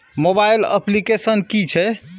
Mobile application कि छै?